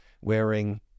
wearing